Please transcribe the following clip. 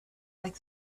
like